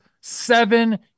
seven